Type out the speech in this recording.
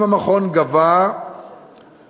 אם המכון גבה ביתר,